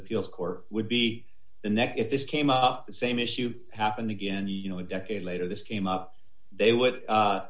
appeals court would be a net if this came up the same issue happened again you know a decade later this came up they